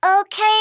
Okay